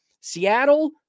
Seattle